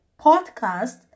podcast